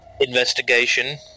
investigation